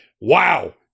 wow